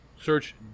search